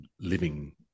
living